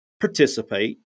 participate